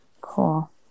Cool